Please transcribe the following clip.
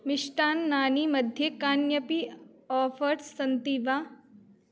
मिष्टान्नानि मध्ये कान्यपि आफ़र्स् सन्ति वा